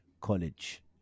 college